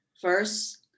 First